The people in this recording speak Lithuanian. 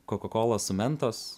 cocacola su mentos